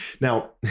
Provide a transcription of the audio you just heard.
Now